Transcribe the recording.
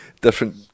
different